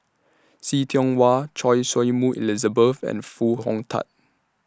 See Tiong Wah Choy Su Moi Elizabeth and Foo Hong Tatt